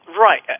Right